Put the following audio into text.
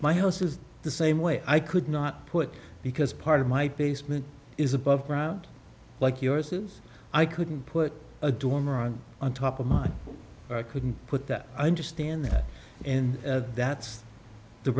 my house is the same way i could not put because part of my basement is above ground like yours is i couldn't put a dormer on on top of my couldn't put that i understand that and that's the